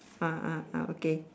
ah ah ah okay